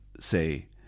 say